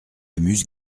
amuse